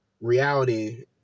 reality